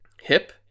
hip